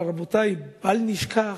אבל, רבותי, בל נשכח,